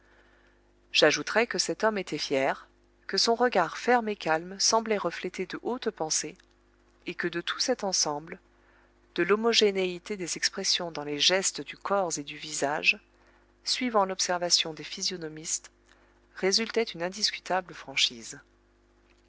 j'ajouterai que cet homme était fier que son regard ferme et calme semblait refléter de hautes pensées et que de tout cet ensemble de l'homogénéité des expressions dans les gestes du corps et du visage suivant l'observation des physionomistes résultait une indiscutable franchise